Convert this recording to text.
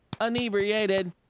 inebriated